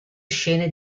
scene